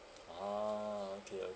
ah okay okay